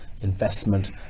investment